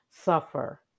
suffer